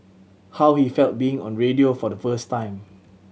how he felt being on radio for the first time